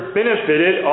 benefited